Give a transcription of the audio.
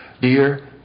Dear